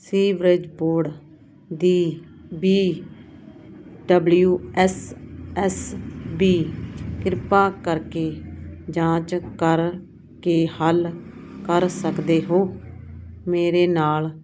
sewerage board ਦੀ B W S S B ਕਿਰਪਾ ਕਰਕੇ ਜਾਂਚ ਕਰਕੇ ਹੱਲ ਕਰ ਸਕਦੇ ਹੋ ਮੇਰੇ ਨਾਲ